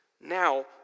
now